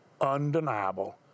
undeniable